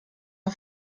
auf